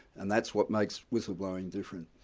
and that's what makes whistleblowing different.